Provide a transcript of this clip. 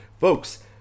Folks